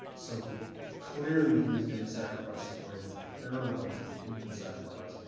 so clearly he is being sacrificed in a way that is parallel to a human sacrifice,